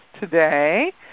today